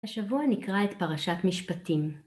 השבוע נקרא את פרשת משפטים